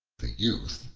the youth,